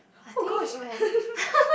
oh gosh